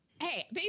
hey